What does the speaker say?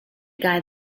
guy